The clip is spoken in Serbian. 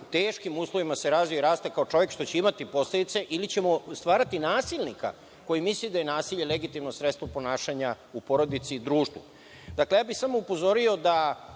teškim uslovima raste i razvija se kao čovek, što će imati posledice. Ili ćemo stvarati nasilnika koji misli da je nasilje legitimno sredstvo ponašanja u porodici i društvu. Samo bih upozorio,